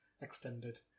extended